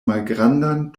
malgrandan